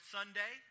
Sunday